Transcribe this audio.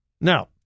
Now